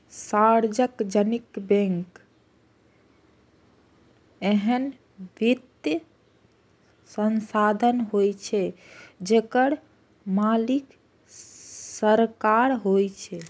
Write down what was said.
सार्वजनिक बैंक एहन वित्तीय संस्थान होइ छै, जेकर मालिक सरकार होइ छै